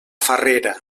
farrera